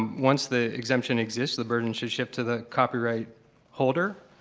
once the exemption exists, the burden should shift to the copyright holder.